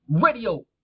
radio